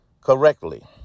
correctly